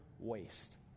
waste